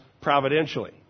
providentially